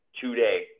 today